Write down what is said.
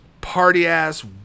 party-ass